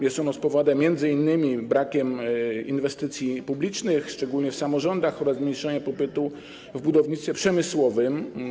Jest ono spowodowane m.in. brakiem inwestycji publicznych, szczególnie w samorządach, oraz zmniejszeniem popytu w budownictwie przemysłowym.